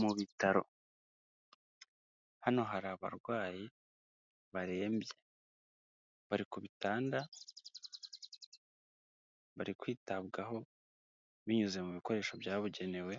Mu bitaro, hano hari abarwayi barembye, bari ku bitanda, bari kwitabwaho, binyuze mu bikoresho byabugenewe,